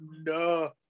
no